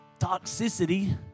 toxicity